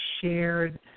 shared